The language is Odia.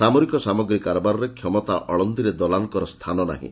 ସାମରିକ ସାମଗ୍ରୀ କାରବାରରେ କ୍ଷମତା ଅଳିନ୍ଦରେ ଦଲାଲଙ୍କର ସ୍ଥାନ ନାହିଁ